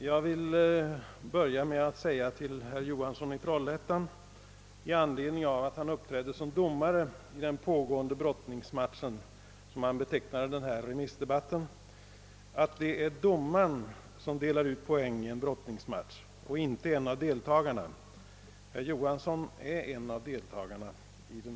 Herr talman! Herr Johansson i Trollhättan uppträdde såsom domare i den pågående brottningsmatchen — så betecknade han denna remissdebatt. Jag vill börja med att säga, att det är domaren som delar ut poängen i en brottningsmatch, inte någon av deltagarna. Herr Johansson är en av deltagarna.